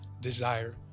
desire